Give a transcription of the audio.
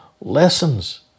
lessons